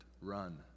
run